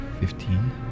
fifteen